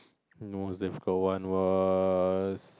the most difficult one was